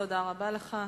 תודה רבה לך.